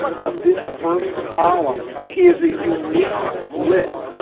but this first column is a unique list.